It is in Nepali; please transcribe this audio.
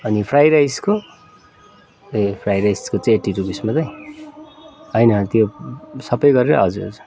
अनि फ्राइ़ राइसको ए फ्राइ राइसको चाहिँ एट्टी रुपिस मात्रै होइन त्यो सबै गरेर हजुर हजुर